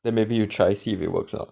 then maybe you try see if it works or not